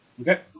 Okay